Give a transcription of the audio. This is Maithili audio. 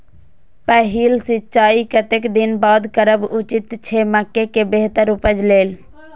पहिल सिंचाई कतेक दिन बाद करब उचित छे मके के बेहतर उपज लेल?